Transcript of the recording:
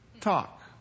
talk